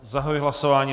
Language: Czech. Zahajuji hlasování.